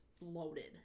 loaded